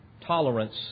tolerance